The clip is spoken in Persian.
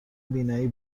بینایی